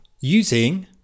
Using